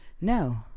no